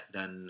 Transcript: Dan